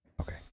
Okay